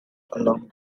along